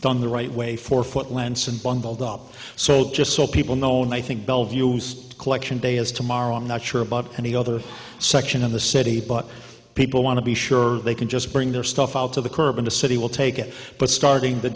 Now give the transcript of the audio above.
done the right way for foot lengths and bundled up so just so people know and i think bellevue collection day is tomorrow i'm not sure about any other section of the city but people want to be sure they can just bring their stuff out to the curb in the city will take it but starting the